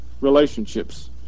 relationships